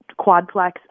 quadplex